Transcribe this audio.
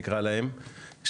נקרא להם כך,